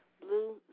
Blue